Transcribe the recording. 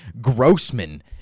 Grossman